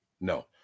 no